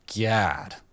God